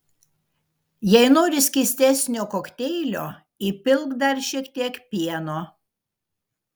jei nori skystesnio kokteilio įpilk dar šiek tiek pieno